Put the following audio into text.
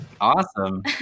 awesome